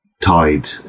tide